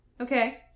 Okay